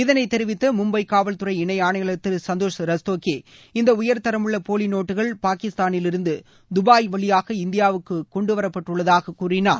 இதனை தெரிவித்த மும்பை காவல்துறை இணை ஆணையாளர் திரு சந்தோஷ் ரஸ்தோகி இந்த உயர் தரமுள்ள போலி நோட்டுகள் பாகிஸ்தானிலிருந்து துபாய் வழியாக இந்தியாவுக்கு கொண்டுரவரப்பட்டுள்ளன என்று கூறினார்